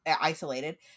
isolated